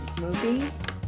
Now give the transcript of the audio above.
movie